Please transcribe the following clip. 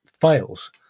fails